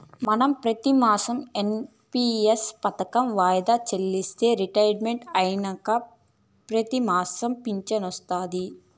మనం పెతిమాసం ఎన్.పి.ఎస్ పదకం వాయిదా చెల్లిస్తే రిటైర్మెంట్ అయినంక పెతిమాసం ఫించనొస్తాది